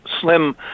slim